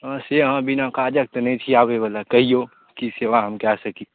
अ से अहाँ बिना काजक तऽ नहि छियै आबै बला कहियौ की सेवा हम कै सकी